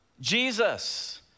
Jesus